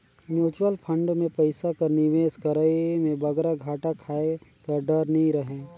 mutual fund में पइसा कर निवेस करई में बगरा घाटा खाए कर डर नी रहें